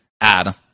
add